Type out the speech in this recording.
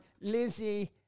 Lizzie